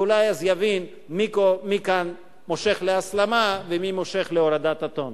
ואולי אז יבין מי כאן מושך להסלמה ומי מושך להורדת הטון.